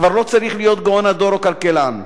כבר לא צריך להיות גאון הדור או כלכלן.